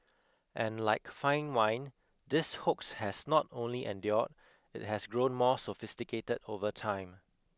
and like fine wine this hoax has not only endured it has grown more sophisticated over time